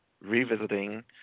revisiting